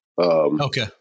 Okay